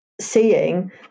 seeing